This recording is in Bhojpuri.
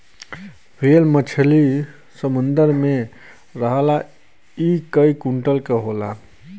ह्वेल मछरी समुंदर में रहला इ कई कुंटल क होला